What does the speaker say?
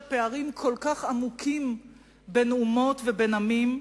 פערים כל כך עמוקים בין אומות ובין עמים,